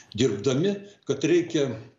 dirbdami kad reikia